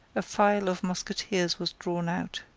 a file of musketeers was drawn out.